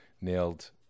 nailed